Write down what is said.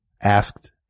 asked